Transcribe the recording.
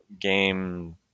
game